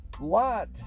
Lot